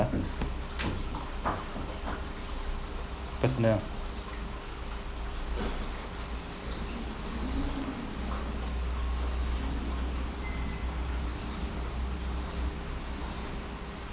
personnel